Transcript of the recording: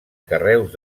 carreus